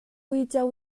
uico